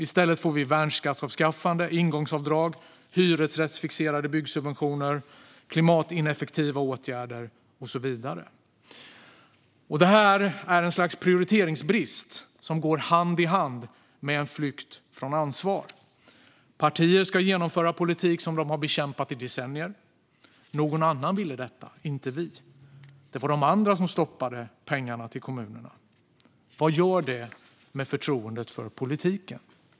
I stället får vi värnskattsavskaffande, ingångsavdrag, hyresrättsfixerade byggsubventioner, klimatineffektiva åtgärder och så vidare. Det här är ett slags prioriteringsbrist som går hand i hand med en flykt från ansvar. Partier ska genomföra politik de har bekämpat i decennier. Någon annan ville detta, inte vi. Det var de andra som stoppade pengarna till kommunerna, säger man. Vad gör det med förtroendet för politiken?